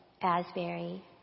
Asbury